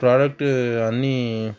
product అన్నీ